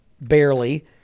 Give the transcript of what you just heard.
barely